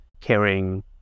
caring